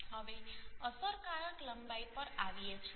હવે અસરકારક લંબાઈ પર આવીએ છીએ